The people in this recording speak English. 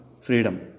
freedom